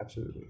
absolutely